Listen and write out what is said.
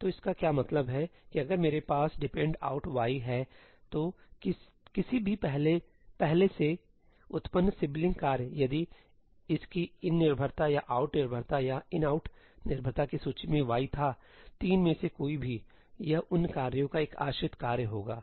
तो इसका क्या मतलब है कि अगर मेरे पास dependout y हैतो तो किसी भी पहले से उत्पन्न सिबलिंग कार्य यदि इसकी 'in' निर्भरता या 'out' निर्भरता या inout निर्भरता की सूची में y था 3 में से कोई भी यह उन कार्यों का एक आश्रित कार्य होगा